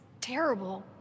terrible